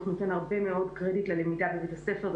נותן הרבה מאוד קרדיט ללמידה בבית הספר,